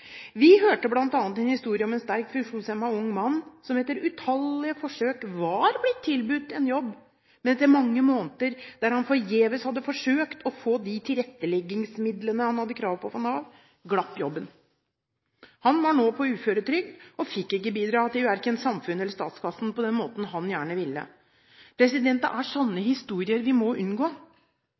Vi hørte bl.a. en historie om en sterkt funksjonshemmet ung mann som, etter utallige forsøk var blitt tilbudt en jobb, men etter mange måneder der han forgjeves hadde forsøkt å få de tilretteleggingsmidlene han hadde krav på fra Nav, glapp jobben. Han var nå på uføretrygd og fikk ikke bidra til verken samfunnet eller statskassen på den måten han gjerne ville. Det er sånne historier vi må unngå.